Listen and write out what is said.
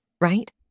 right